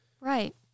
Right